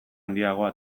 handiagoa